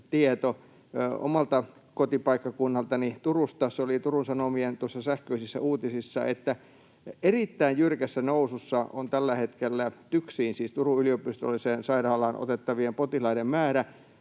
omalta kotipaikkakunnaltani Turusta. Se oli Turun Sanomien sähköisissä uutisissa: Erittäin jyrkässä nousussa on tällä hetkellä TYKSiin, siis Turun yliopistolliseen sairaalaan, otettavien potilaiden määrä.